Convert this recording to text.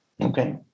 Okay